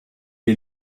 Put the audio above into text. est